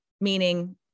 meaning-